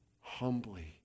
Humbly